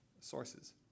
sources